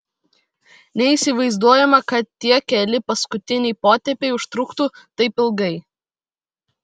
neįsivaizduojama kad tie keli paskutiniai potėpiai užtruktų taip ilgai